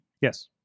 Yes